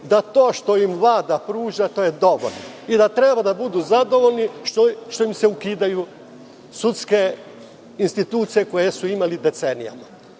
da to što im Vlada pruža je dovoljno i da treba da budu zadovoljni što im se ukidaju sudske institucije koje su imali decenijama,